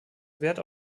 wert